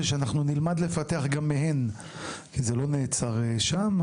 ושאנחנו נלמד לפתח גם מהן; זה לא נעצר שם.